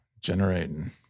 Generating